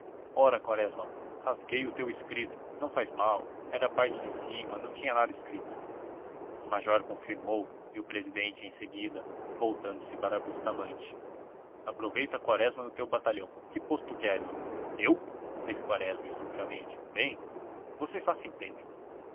ora quaresma rasguei o teu escrito não faz mal era a parte de cima não tinha nada escrito o major confirmou e o presidente em seguida voltando-se para bustamante aproveita quaresma no teu batalhão que posto queres eu fez quaresma estupidamente bem vocês lá se entendam